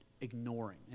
Ignoring